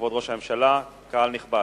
כבוד ראש הממשלה, קהל נכבד,